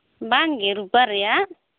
ᱵᱟᱝᱜᱮ ᱨᱩᱯᱟ ᱨᱮᱭᱟᱜ